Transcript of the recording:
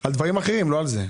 על דברים אחרים, לא על זה.